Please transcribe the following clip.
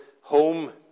home